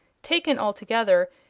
taken altogether,